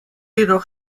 jedoch